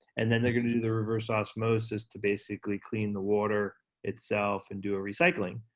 and then they're gonna do the reverse osmosis to basically clean the water itself and do a recycling.